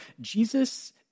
Jesus